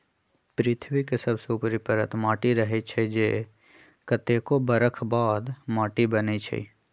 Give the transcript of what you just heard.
पृथ्वी के सबसे ऊपरी परत माटी रहै छइ जे कतेको बरख बाद माटि बनै छइ